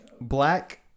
Black